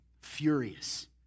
Furious